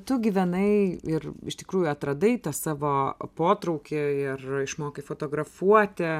tu gyvenai ir iš tikrųjų atradai tą savo potraukį ir išmokai fotografuoti